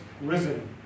risen